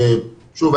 שוב,